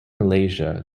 malaysia